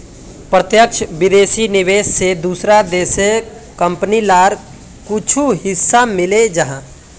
प्रत्यक्ष विदेशी निवेश से दूसरा देशेर कंपनी लार कुछु हिस्सा मिले जाहा